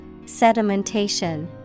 Sedimentation